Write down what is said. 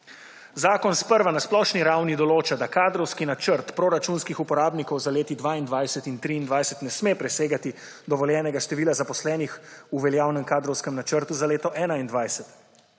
Zakon sprva na splošni ravni določa, da kadrovski načrt proračunskih uporabnikov za leti 2022 in 2023 ne sme presegati dovoljenega števila zaposlenih v veljavnem kadrovskem načrtu za leto 2021,